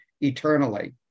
eternally